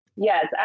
Yes